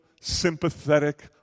sympathetic